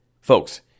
Folks